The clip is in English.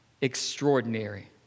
extraordinary